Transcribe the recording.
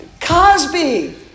Cosby